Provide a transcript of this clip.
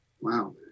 Wow